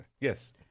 Yes